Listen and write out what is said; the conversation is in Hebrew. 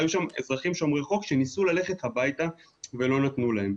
היו שם אזרחים שומרי חוק שניסו ללכת הביתה ולא נתנו להם.